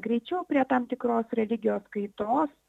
greičiau prie tam tikros religijos kaitos